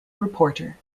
reporter